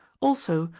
also,